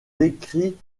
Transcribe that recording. décrits